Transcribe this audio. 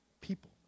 people